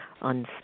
on